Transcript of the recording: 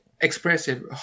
expressive